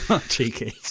Cheeky